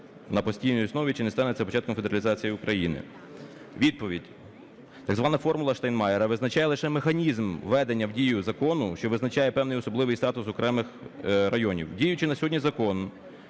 на постійній основі? Чи не стане це початком федералізації України? Відповідь. Так звана "формула Штайнмайєра" визначає лише механізм введення в дію закону, що визначає певний особливий статус окремих районів. Діючий на сьогодні закон